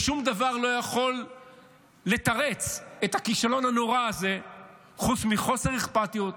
שום דבר לא יכול לתרץ את הכישלון הנורא הזה חוץ מחוסר אכפתיות,